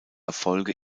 erfolge